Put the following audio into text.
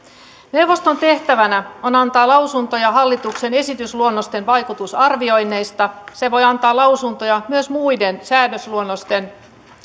neuvoston tehtävänä on antaa lausuntoja hallituksen esitysluonnosten vaikutusarvioinneista se voi antaa lausuntoja myös muiden säädösluonnosten